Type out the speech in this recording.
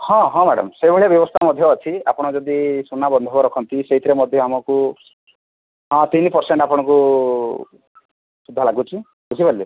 ହଁ ହଁ ମ୍ୟାଡ଼ାମ୍ ସେହିଭଳିଆ ବ୍ୟବସ୍ଥା ମଧ୍ୟ ଅଛି ଆପଣ ଯଦି ସୁନା ବନ୍ଧକ ରଖନ୍ତି ସେଇଥିରେ ମଧ୍ୟ ଆମକୁ ହଁ ତିନି ପରସେଣ୍ଟ୍ ଆପଣଙ୍କୁ ସୁଧ ଲାଗୁଛି ବୁଝିପାରିଲେ